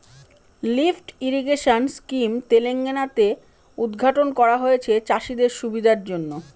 lift irrigation scheme Telangana তে উদ্ঘাটন করা হয়েছে চাষীদের সুবিধার জন্য